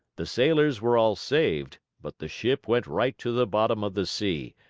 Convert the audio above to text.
the sailors were all saved, but the ship went right to the bottom of the sea,